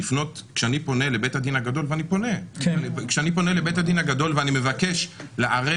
כשאני פונה לבית הדין הגדול ואני פונה ואני מבקש לערער